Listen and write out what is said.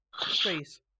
Please